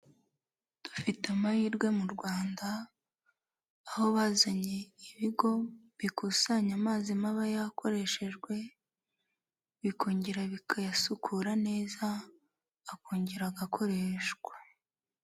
Dufite amahirwe mu Rwanda, aho bazanye ibigo bikusanya amazi maba yakoreshejwe bikongera bikayasukura neza akongera agakoreshwa.